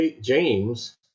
James